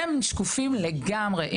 הם לגמרי שקופים.